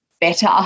better